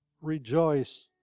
rejoice